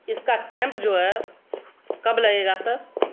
اس کا کیمپ جو ہے کب لگے گا سر